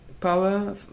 power